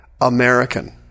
american